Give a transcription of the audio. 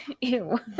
Ew